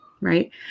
right